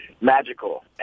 magical